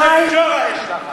פה של ג'ורה יש לך את.